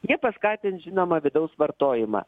jie paskatins žinoma vidaus vartojimą